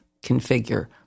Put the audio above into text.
configure